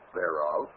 thereof